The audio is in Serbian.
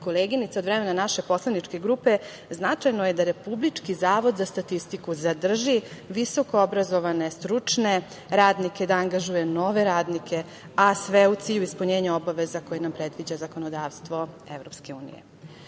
od vremena naše poslaničke grupe, značajno je da Republički zavod za statistiku zadrži visokoobrazovane, stručne radnike, da angažuje nove radnike, a sve u cilju ispunjenja obaveza koje nam predviđa zakonodavstvo